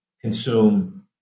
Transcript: consume